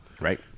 Right